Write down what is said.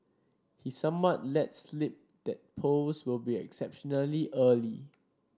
he somewhat let slip that polls will be exceptionally early